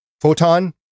photon